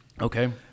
Okay